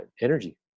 energy